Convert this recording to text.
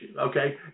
Okay